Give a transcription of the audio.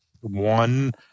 One